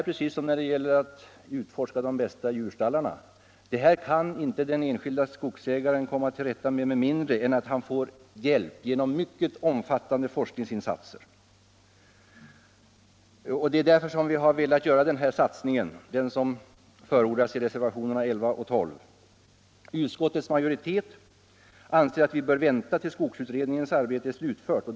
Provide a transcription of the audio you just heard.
Precis som när det gäller att utforma de bästa djurstallarna rör det sig här om problem som den enskilde inte kan komma till rätta med med mindre än att han får hjälp genom mycket omfattande forskningsinsatser. Det är därför vi har velat göra den satsning som förordas i reservationerna 11 och 12. Utskottets majoritet anser att vi bör vänta tills skogsutredningens arbete är slutfört.